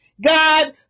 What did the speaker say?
God